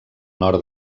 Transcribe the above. nord